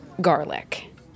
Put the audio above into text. garlic